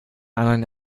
anderen